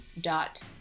dot